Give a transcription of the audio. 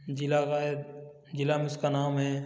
जिलावार जिला में उसका नाम है